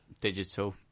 digital